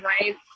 right